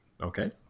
Okay